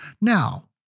Now